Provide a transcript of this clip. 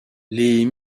les